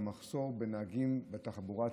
המחסור בנהגים בתחבורה הציבורית.